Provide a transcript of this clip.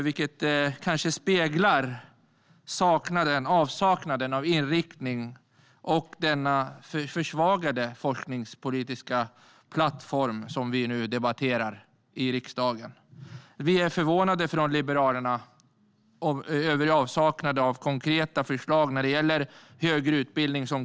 Det kanske speglar avsaknaden av inriktning och den försvagade forskningspolitiska plattform som vi nu debatterar i riksdagen. Vi liberaler är förvånade över avsaknaden av konkreta förslag för högre utbildning.